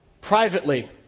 privately